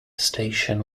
station